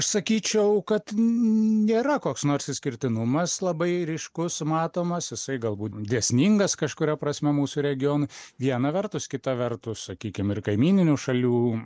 aš sakyčiau kad nėra koks nors išskirtinumas labai ryškus matomas jisai galbūt dėsningas kažkuria prasme mūsų regionui viena vertus kita vertus sakykim ir kaimyninių šalių